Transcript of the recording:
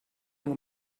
nur